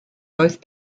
both